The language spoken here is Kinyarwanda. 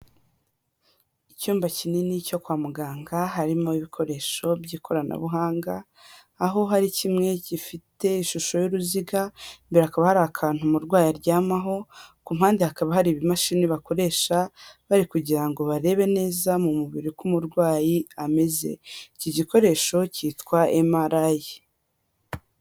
Icyumba kinini cyo kwa muganga harimo ibikoresho by'ikoranabuhanga, aho hari kimwe gifite ishusho y'uruziga imbere hakaba hari akantu umurwayi aryamaho, ku mpande hakaba hari ibimashini bakoresha bari kugira ngo barebe neza mu mubiri uko umurwayi ameze, iki gikoresho cyitwa Emarayi.